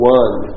one